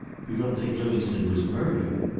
you don't think livingstone was murdered!